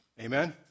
Amen